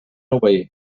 obeir